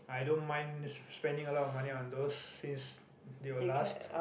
I don't mind spend spending a lot of money on those since they will last